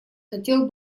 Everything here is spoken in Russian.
хотел